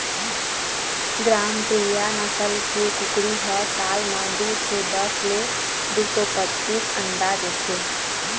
ग्रामप्रिया नसल के कुकरी ह साल म दू सौ दस ले दू सौ पचीस अंडा देथे